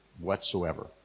whatsoever